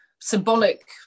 symbolic